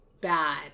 bad